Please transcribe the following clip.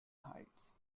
heights